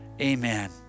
Amen